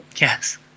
Yes